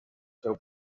seu